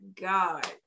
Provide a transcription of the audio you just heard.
god